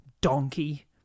donkey